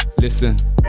Listen